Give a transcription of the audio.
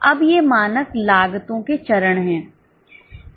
अब ये मानक लागतों के चरण हैं